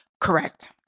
Correct